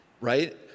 right